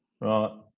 right